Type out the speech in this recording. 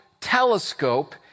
telescope